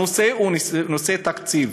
הנושא הוא נושא התקציב.